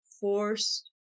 forced